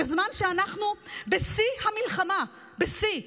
בזמן שאנחנו בשיא המלחמה, בשיא,